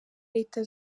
leta